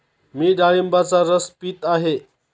मी डाळिंबाचा रस पीत आहे